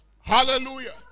Hallelujah